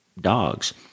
dogs